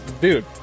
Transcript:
dude